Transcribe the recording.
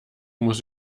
muss